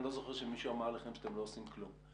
אני לא זוכר שמישהו אמר עליכם שאתם לא עושים כלום.